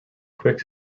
quick